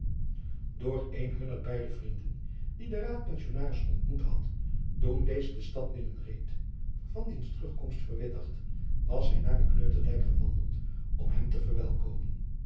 door een hunner beide vrienden die den raadpensionaris ontmoet had toen deze de stad binnenreed van diens terugkomst verwittigd was hy naar den kneuterdijk gewandeld om hem te verwelkomen